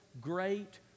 great